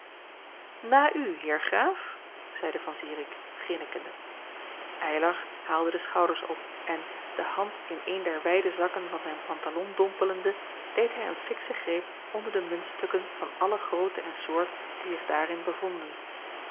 na u heer graaf zeide van zirik grinnikende eylar haalde de schouders op en de hand in éen der wijde zakken van zijn pantalon dompelende deed hij een fiksche greep onder de muntstukken van alle grootte en soort die zich daarin bevonden